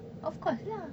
of course lah